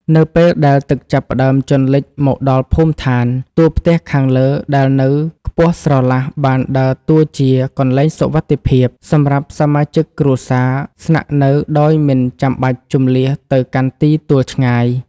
នៅពេលដែលទឹកចាប់ផ្ដើមជន់លិចមកដល់ភូមិឋាន តួផ្ទះខាងលើដែលនៅខ្ពស់ស្រឡះបានដើរតួជា កន្លែងសុវត្ថិភាព សម្រាប់សមាជិកគ្រួសារស្នាក់នៅដោយមិនចាំបាច់ជម្លៀសទៅកាន់ទីទួលឆ្ងាយ។